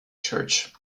church